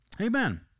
Amen